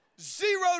zero